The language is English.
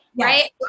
right